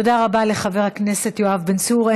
תודה רבה לחבר הכנסת יואב בן צור.